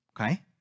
Okay